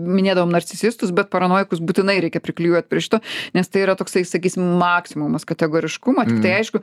minėdavom narcicistus bet paranojikus būtinai reikia priklijuot prie šito nes tai yra toksai sakysim maksimumas kategoriškumo tiktai aišku